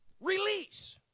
Release